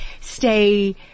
stay